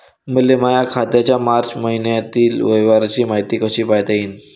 मले माया खात्याच्या मार्च मईन्यातील व्यवहाराची मायती कशी पायता येईन?